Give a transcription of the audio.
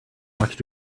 watched